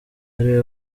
ariwe